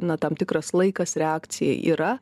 na tam tikras laikas reakcijai yra